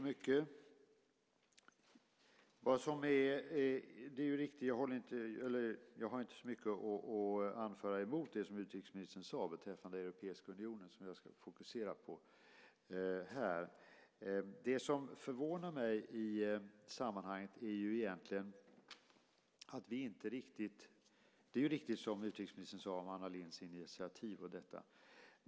Fru talman! Jag har inte så mycket att anföra emot det som utrikesministern sade beträffande Europeiska unionen som jag ska fokusera på här. Men det finns något som förvånar mig i sammanhanget. Det är riktigt, det som utrikesministern sade om Anna Lindhs initiativ.